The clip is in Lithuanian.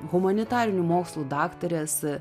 humanitarinių mokslų daktarės